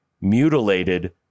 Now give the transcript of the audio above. mutilated